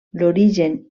l’origen